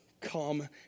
come